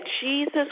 Jesus